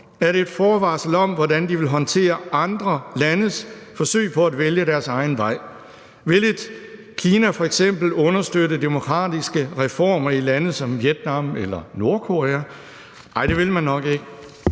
er det et forvarsel om, hvordan de vil håndtere andre landes forsøg på at vælge deres egen vej. Vil et Kina f.eks. understøtte demokratiske reformer i lande som Vietnam eller Nordkorea? Nej, det vil man nok ikke.